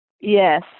Yes